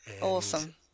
Awesome